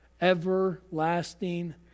everlasting